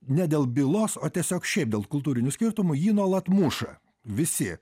ne dėl bylos o tiesiog šiaip dėl kultūrinių skirtumų jį nuolat muša visi